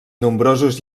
nombrosos